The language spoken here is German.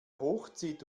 hochzieht